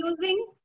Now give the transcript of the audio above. using